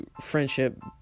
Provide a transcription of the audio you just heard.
friendship